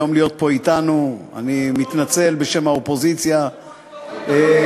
אני מתכבד להזמין את חבר הכנסת איתן כבל.